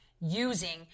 using